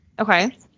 Okay